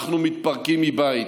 אנחנו מתפרקים מבית.